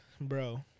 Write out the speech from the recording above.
Bro